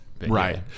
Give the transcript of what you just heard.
Right